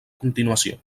continuació